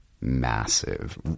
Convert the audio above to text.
massive